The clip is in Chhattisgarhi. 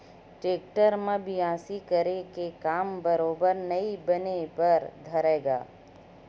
टेक्टर म बियासी करे के काम बरोबर नइ बने बर धरय गा